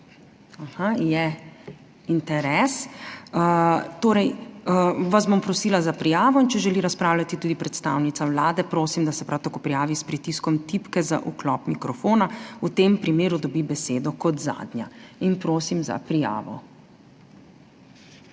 Aha, je interes, torej vas bom prosila za prijavo. Če želi razpravljati tudi predstavnica Vlade, prosim, da se prav tako prijavi s pritiskom tipke za vklop mikrofona. V tem primeru dobi besedo kot zadnja. Prosim za prijavo.